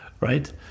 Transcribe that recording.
right